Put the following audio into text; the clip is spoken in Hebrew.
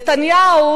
נתניהו